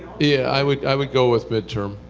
yeah i would i would go with midterm.